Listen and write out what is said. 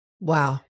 Wow